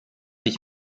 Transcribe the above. ich